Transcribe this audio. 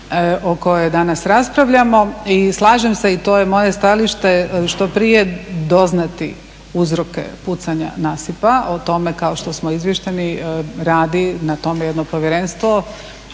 o kojoj danas raspravljamo. I slažem se i to je moje stajališta, što prije doznati uzroke pucanja nasipa. O tome kao što smo izviješteni radi na tome jedno povjerenstvo,